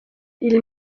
ils